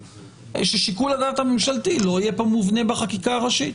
ששיקול הדעת הממשלתי לא יהיה מובנה בחקיקה הראשית,